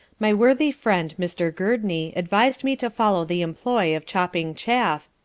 my worthy friend mr. gurdney advised me to follow the employ of chopping chaff,